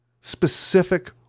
specific